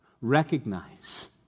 Recognize